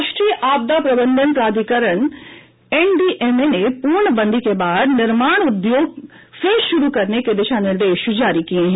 राष्ट्रीय आपदा प्रबंधन प्राधिकरण एनडीएमए ने पूर्ण बंदी के बाद निर्माण उद्योग फिर शुरू करने के दिशा निर्देश जारी किये हैं